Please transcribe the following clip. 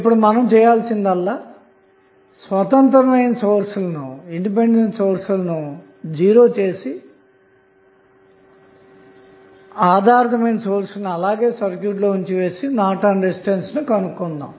ఇప్పుడు మనం చేయాల్సిందల్లా స్వతంత్రమైన సోర్స్ లను 0 చేసి మరియు ఆధారితమైన సోర్స్ లను అలాగే సర్క్యూట్ లో ఉంచి నార్టన్ రెసిస్టెన్స్ ను కనుగొందాము